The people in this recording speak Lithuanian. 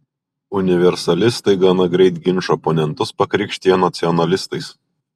universalistai gana greit ginčo oponentus pakrikštija nacionalistais